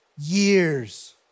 years